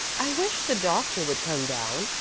i wish the doctor would come down,